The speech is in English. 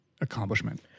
accomplishment